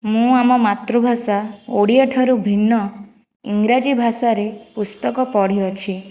ମୁଁ ଆମ ମାତୃଭାଷା ଓଡ଼ିଆଠାରୁ ଭିନ୍ନ ଇଂରାଜୀ ଭାଷାରେ ପୁସ୍ତକ ପଢ଼ିଅଛି